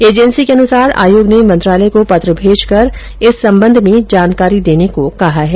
agency के अनुसार आयोग ने मंत्रालय को पत्र भेजकर इस संबध में जानकारी देने को कहा है